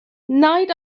night